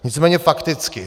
Nicméně fakticky.